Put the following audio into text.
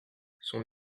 son